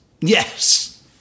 Yes